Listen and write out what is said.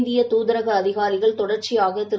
இந்திய தூதரக அதிகாரிகள் தொடர்க்சியாக திரு